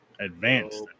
Advanced